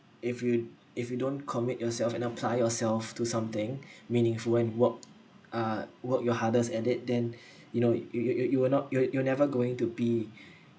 if you if you don't commit yourself and apply yourself to something meaningful and work uh work your hardest and that then you know you you you you will not you'll you'll never going to be